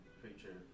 creature